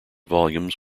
volumes